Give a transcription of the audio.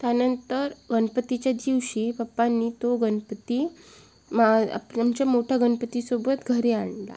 त्यानंतर गनपतीच्या दिवशी पप्पांनी तो गनपती मा आप आमच्या मोठ्या गनपतीसोबत घरी आणला